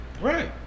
Right